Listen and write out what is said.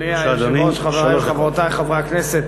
אדוני היושב-ראש, חברי וחברותי חברי הכנסת,